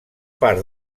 part